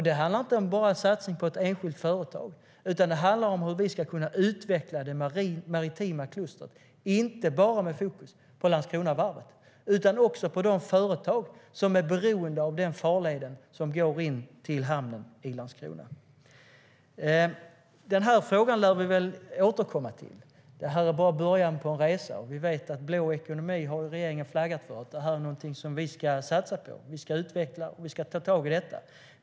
Det handlar inte bara om en satsning på ett enskilt företag, utan det handlar om hur vi ska kunna utveckla det maritima klustret, inte bara med fokus på Landskronavarvet utan också på de företag som är beroende av den farled som går in till hamnen i Landskrona. Vi lär återkomma till denna fråga. Detta är bara början på en resa. Vi vet att regeringen har flaggat för en blå ekonomi och att detta är någonting som vi ska satsa på. Vi ska utveckla och ta tag i detta.